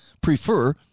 prefer